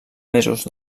mesos